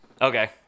Okay